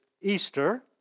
Easter